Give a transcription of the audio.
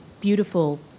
beautiful